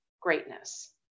greatness